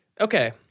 okay